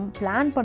plan